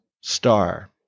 star